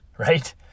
right